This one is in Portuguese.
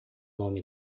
nome